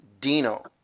Dino